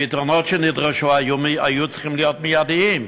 הפתרונות שנדרשו היו צריכים להיות מיידיים,